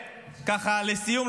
לסיום,